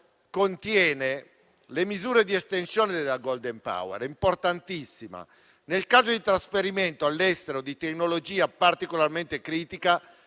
contiene le misure di estensione della *golden power*, importantissima nel caso di trasferimento all'estero di tecnologia particolarmente critica.